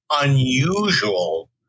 unusual